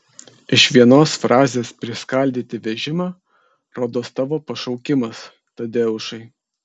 iš vienos frazės priskaldyti vežimą rodos tavo pašaukimas tadeušai